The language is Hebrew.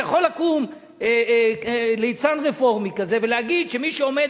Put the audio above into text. יכול לקום ליצן רפורמי כזה ולהגיד שמי שעומד